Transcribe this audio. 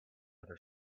other